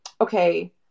okay